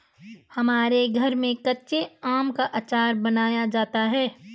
हमारे घर में कच्चे आमों से आचार बनाया जाता है